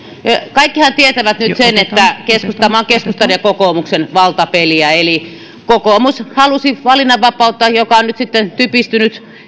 kaikkihan tietävät nyt sen että tämä on keskustan ja kokoomuksen valtapeliä eli kokoomus halusi valinnanvapautta joka on nyt sitten typistynyt